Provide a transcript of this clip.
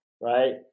right